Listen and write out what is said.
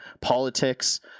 politics